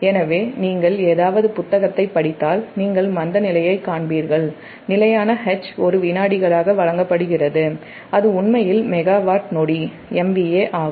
எனவே நீங்கள் ஏதாவது புத்தகத்தைப் படித்தால் நீங்கள் மந்தநிலையைக் காண்பீர்கள் நிலையான 'H' ஒரு விநாடிகளாக வழங்கப்படுகிறது அது உண்மையில் மெகாவாட் நொடி MVA ஆகும்